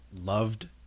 loved